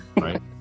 right